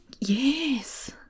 Yes